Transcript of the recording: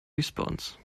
response